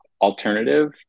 alternative